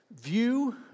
View